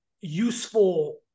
useful